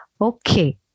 Okay